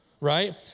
right